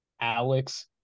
Alex